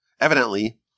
Evidently